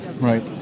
right